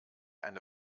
eine